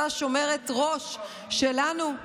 אותה שומרת ראש שלנו,